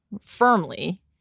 firmly